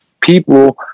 people